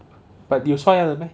but 你有刷牙了 meh